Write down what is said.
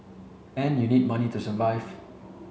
and you need money to survive